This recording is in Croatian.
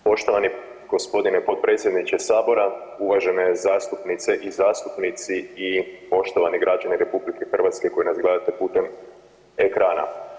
Poštovani g. potpredsjedniče sabora, uvažene zastupnice i zastupnici i poštovani građani RH koji nas gledate putem ekrana.